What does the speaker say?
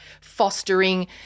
fostering